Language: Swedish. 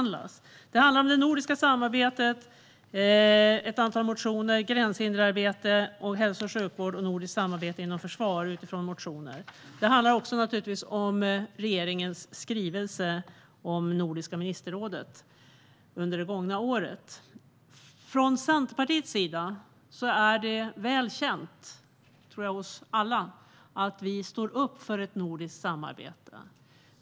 Det handlar om det nordiska samarbetet, ett antal motioner, gränshinderarbete, hälso och sjukvård samt nordiskt samarbete inom försvar utifrån motioner. Naturligtvis handlar det också om regeringens skrivelse om Nordiska ministerrådet under det gångna året. För Centerpartiet är det väl känt att vi står upp för ett nordiskt samarbete.